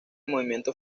movimiento